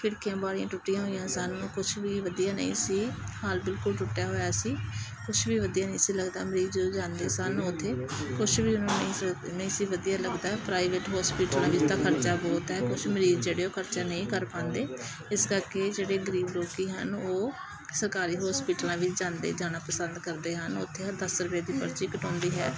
ਖਿੜਕੀਆਂ ਬਾਰੀਆਂ ਟੁੱਟੀਆਂ ਹੋਈਆਂ ਸਨ ਕੁਛ ਵੀ ਵਧੀਆ ਨਹੀਂ ਸੀ ਹਾਲ ਬਿਲਕੁਲ ਟੁੱਟਿਆ ਹੋਇਆ ਸੀ ਕੁਛ ਵੀ ਵਧੀਆ ਨਹੀਂ ਸੀ ਲੱਗਦਾ ਮਰੀਜ਼ ਜਦੋਂ ਜਾਂਦੇ ਸਨ ਉੱਥੇ ਕੁਛ ਵੀ ਉਹਨਾਂ ਨੂੰ ਨਹੀਂ ਸੀ ਨਹੀਂ ਸੀ ਵਧੀਆ ਲੱਗਦਾ ਪ੍ਰਾਈਵੇਟ ਹੋਸਪੀਟਲਾਂ ਵਿੱਚ ਤਾਂ ਖਰਚਾ ਬਹੁਤ ਹੈ ਕੁਛ ਮਰੀਜ਼ ਜਿਹੜੇ ਉਹ ਖਰਚਾ ਨਹੀਂ ਕਰ ਪਾਉਂਦੇ ਇਸ ਕਰਕੇ ਜਿਹੜੇ ਗਰੀਬ ਲੋਕ ਹਨ ਉਹ ਸਰਕਾਰੀ ਹੋਸਪੀਟਲਾਂ ਵਿੱਚ ਜਾਂਦੇ ਜਾਣਾ ਪਸੰਦ ਕਰਦੇ ਹਨ ਉੱਥੇ ਹਰ ਦਸ ਰੁਪਏ ਦੀ ਪਰਚੀ ਕਟ ਹੁੰਦੀ ਹੈ